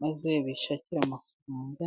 maze bishakire amafaranga.